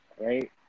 right